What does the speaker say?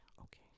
Okay